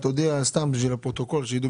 בשנת 2019 תוקן